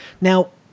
Now